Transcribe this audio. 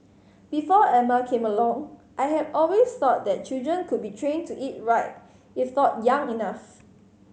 before Emma came along I had always thought that children could be trained to eat right if taught young enough